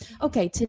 Okay